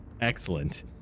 Excellent